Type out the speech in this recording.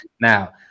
now